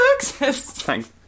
Thanks